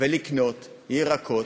ולקנות ירקות,